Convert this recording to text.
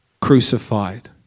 crucified